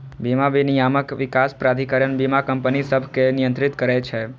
बीमा विनियामक विकास प्राधिकरण बीमा कंपनी सभकें नियंत्रित करै छै